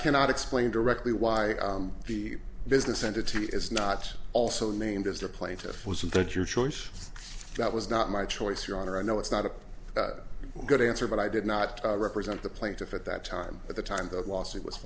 cannot explain directly why the business entity is not also named as the plaintiff was that your choice that was not my choice your honor i know it's not a good answer but i did not represent the plaintiff at that time at the time the lawsuit w